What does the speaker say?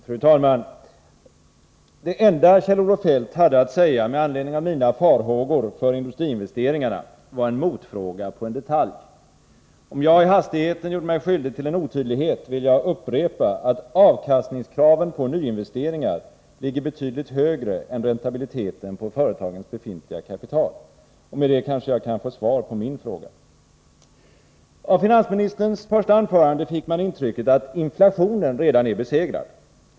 Fru talman! Det enda Kjell-Olof Feldt hade att komma med i anledning av mina farhågor för industriinvesteringarna var en motfråga beträffande en detalj. Om jag i hastigheten gjorde mig skyldig till en otydlighet vill jag upprepa att avkastningskraven på nyinvesteringar ligger betydligt högre än räntabiliteten på företagens befintliga kapital. Med det kanske jag kan få svar på min fråga. Av finansministerns första anförande fick jag intrycket att inflationen redan är besegrad.